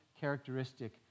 characteristic